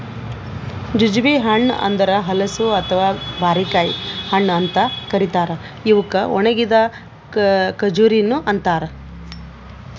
jujube ಹಣ್ಣ ಅಂದುರ್ ಹಲಸು ಅಥವಾ ಬಾರಿಕಾಯಿ ಹಣ್ಣ ಅಂತ್ ಕರಿತಾರ್ ಇವುಕ್ ಒಣಗಿದ್ ಖಜುರಿನು ಅಂತಾರ